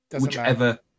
whichever